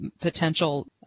potential